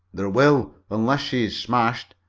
there will, unless she is smashed,